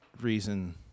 reason